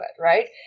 Right